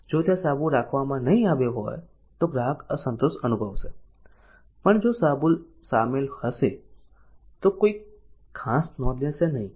જો ત્યાં સાબુ રાખવામા નહીં આવ્યો હોય તો ગ્રાહક અસંતોષ અનુભવશે પણ જો સાબુ રાખેલ હશે તો તેની કોઈ ખાસ નોંધ લેશે નહીં